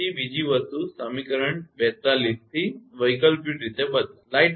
પછી બીજી વસ્તુ સમીકરણ 42 થી વૈકલ્પિક રીતે બદલાય